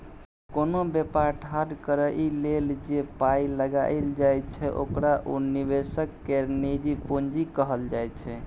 कोनो बेपार ठाढ़ करइ लेल जे पाइ लगाइल जाइ छै ओकरा उ निवेशक केर निजी पूंजी कहल जाइ छै